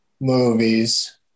movies